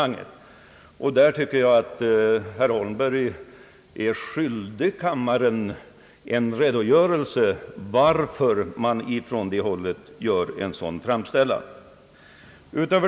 Jag tycker att herr Holmberg är skyldig kammaren en redogörelse för varför man från högerhåll framställer saken på detta sätt.